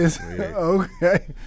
Okay